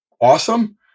awesome